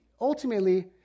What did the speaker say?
ultimately